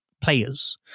players